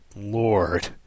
lord